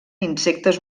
insectes